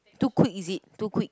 too quick is it too quick